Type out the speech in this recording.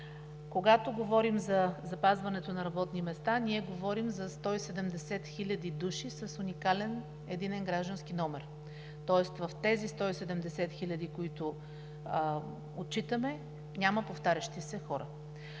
Когато говорим за запазването на работни места, ние говорим за 170 000 души с уникален единен граждански номер, тоест в тези 170 хиляди, които отчитаме, няма повтарящи се хора!